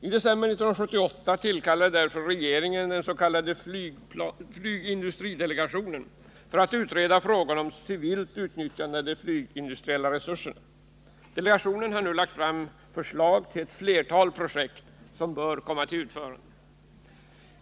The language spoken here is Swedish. I december 1978 tillkallade regeringen den s.k. flygindustridelegationen för att utreda frågan om civilt utnyttjande av de flygindustriella resurserna. Delegationen har nu lagt fram förslag till ett flertal projekt som bör komma till utförande. '